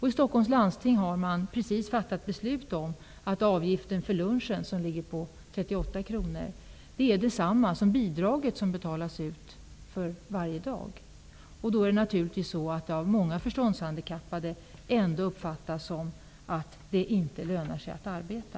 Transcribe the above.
I Stockholms läns landsting har man precis fattat beslut om att avgiften för lunchen, som ligger på 38 kr, är densamma som bidraget som betalas ut för varje dag. Detta uppfattas naturligtvis av många förståndshandikappade som att det inte lönar sig att arbeta.